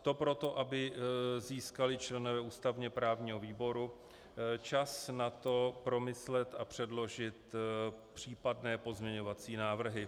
To proto, aby získali členové ústavněprávního výboru čas na to promyslet a předložit případné pozměňovací návrhy.